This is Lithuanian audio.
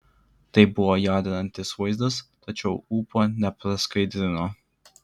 tai buvo jaudinantis vaizdas tačiau ūpo nepraskaidrino